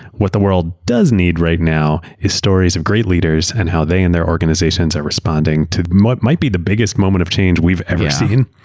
what the world does need right now are stories of great leaders and how they in their organizations are responding to what might be the biggest moment of change we've ever seen.